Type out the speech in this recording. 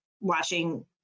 watching